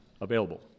available